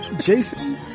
Jason